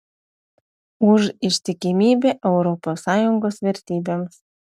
už ištikimybę europos sąjungos vertybėms